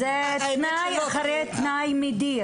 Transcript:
זה תנאי מדיר.